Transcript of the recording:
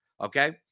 Okay